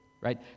right